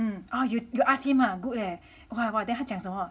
ah you you ask him ah good leh !wah! !wah! then 他讲什么